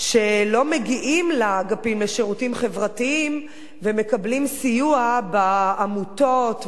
שלא מגיעים לאגפים לשירותים חברתיים ומקבלים סיוע בעמותות,